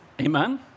Amen